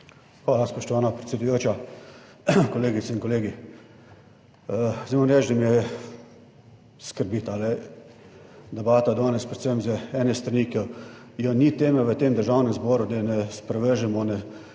Hvala, spoštovana predsedujoča. Kolegice in kolegi. Zdaj moram reči, da me skrbi ta debata danes predvsem z ene strani, ki jo ni teme v tem Državnem zboru, da ne sprevržemo na